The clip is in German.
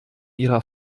ihrer